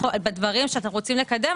בדברים שאנו רוצים לקדם,